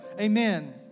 Amen